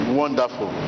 wonderful